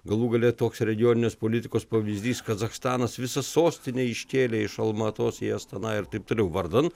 galų gale toks regioninės politikos pavyzdys kazachstanas visą sostinę iškėlė iš almatos į astana ir taip toliau vardan